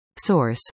Source